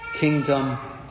kingdom